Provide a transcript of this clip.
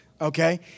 okay